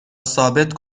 ثابت